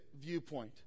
viewpoint